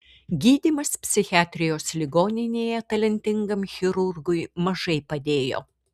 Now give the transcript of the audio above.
gydymas psichiatrijos ligoninėje talentingam chirurgui mažai padėjo